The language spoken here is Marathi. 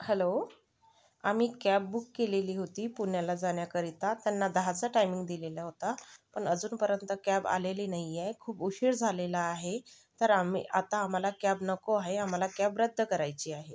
हॅलो आम्ही कॅब बुक केलेली होती पुण्याला जाण्याकरिता त्यांना दहाचा टायमिंग दिलेला होता पण अजूनपर्यंत कॅब आलेली नाही आहे खूप उशीर झालेला आहे तर आम्ही आत्ता आम्हाला कॅब नको आहे आम्हाला कॅब रद्द करायची आहे